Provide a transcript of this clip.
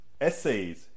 essays